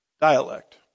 dialect